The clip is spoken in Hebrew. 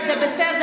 זה בסדר,